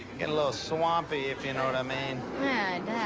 and a little swampy if you know what i mean. and